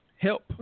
help